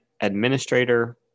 administrator